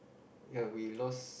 ya we lost